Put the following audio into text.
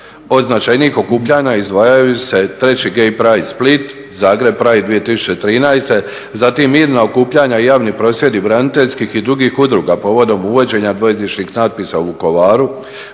od značajnijih okupljanja izdvajaju se 3. gay pride Split, Zagreb pride 2013., zatim mirna okupljanja i javni prosvjedi braniteljskih i drugih udruga povodom uvođenja dvojezičnih natpisa u Vukovaru,